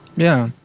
yeah.